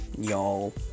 y'all